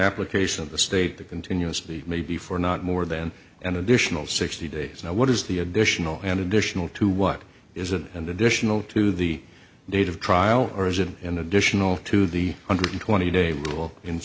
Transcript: application of the state that continuously may be for not more than an additional sixty days now what is the additional in additional to what is and additional to the date of trial or isn't in additional to the hundred twenty day rule in